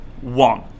one